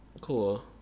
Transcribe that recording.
Cool